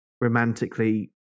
romantically